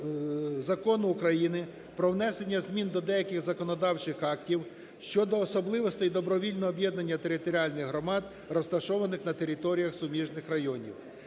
Закону України про внесення змін до деяких законодавчих актів щодо особливостей добровільного об'єднання територіальних громад, розташованих на територіях суміжних районів.